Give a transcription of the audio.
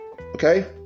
Okay